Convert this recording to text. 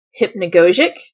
hypnagogic